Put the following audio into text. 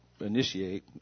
initiate